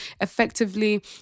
effectively